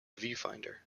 viewfinder